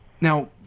Now